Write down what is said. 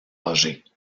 âgés